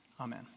Amen